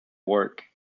work